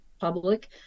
public